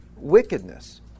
wickedness